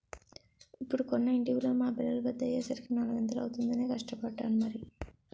ఇప్పుడు కొన్న ఇంటి విలువ మా పిల్లలు పెద్దయ్యే సరికి నాలిగింతలు అవుతుందనే కష్టపడ్డాను మరి